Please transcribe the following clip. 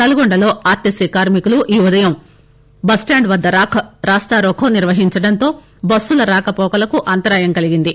నల్గొండలో ఆర్టీసీ కార్మికులు ఈ ఉదయం బస్టాండ్ వద్ద రాస్తారోకో నిర్వహించడంతో బస్సుల రాకపోకలకు అంతరాయం కలిగింది